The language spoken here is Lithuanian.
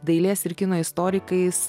dailės ir kino istorikais